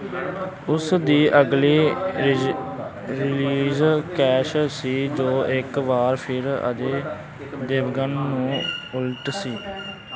ਉਸ ਦੀ ਅਗਲੀ ਰਜੀ ਰਿਲੀਜ਼ ਕੈਸ਼ ਸੀ ਜੋ ਇੱਕ ਵਾਰ ਫਿਰ ਅਜੇ ਦੇਵਗਨ ਨੂੰ ਉਲਟ ਸੀ